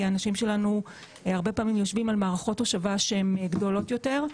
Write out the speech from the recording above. האנשים שלנו הרבה פעמים יושבים על מערכות הושבה שהן גדולות יותר,